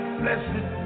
blessed